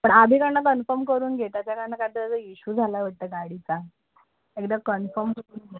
पण आभिकडनं कन्फम करून घे त्याच्याकडनं काहीतरी त्याचा इश्यू झाला होता गाडीचा एकदा कन्फम करून घे